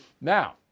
Now